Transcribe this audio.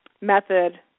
method